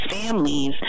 families